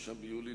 5 ביולי,